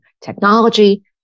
technology